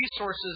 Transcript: resources